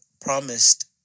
promised